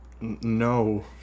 No